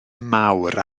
mawr